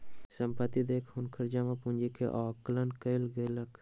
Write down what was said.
संपत्ति देख हुनकर जमा पूंजी के आकलन कयल गेलैन